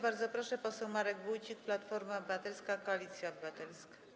Bardzo proszę, poseł Marek Wójcik, Platforma Obywatelska - Koalicja Obywatelska.